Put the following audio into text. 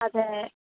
അതേ